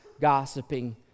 gossiping